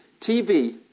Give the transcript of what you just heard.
TV